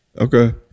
Okay